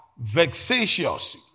vexatious